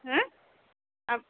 হা আ